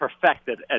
Perfected